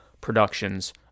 Productions